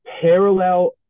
parallel